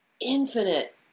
infinite